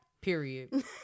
Period